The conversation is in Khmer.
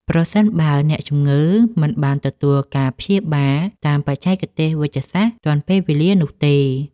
ប្រសិនបើអ្នកជំងឺមិនបានទទួលការព្យាបាលតាមបច្ចេកទេសវេជ្ជសាស្ត្រទាន់ពេលវេលានោះទេ។